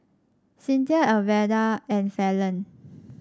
Cinthia Alverda and Falon